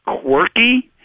quirky